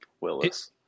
Willis